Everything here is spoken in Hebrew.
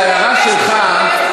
להערה שלך,